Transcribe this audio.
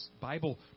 bible